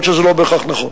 אף-על-פי שזה לא בהכרח נכון.